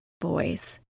boys